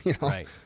Right